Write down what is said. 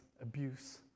abuse